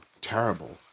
terrible